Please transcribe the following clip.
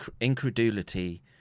incredulity